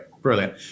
brilliant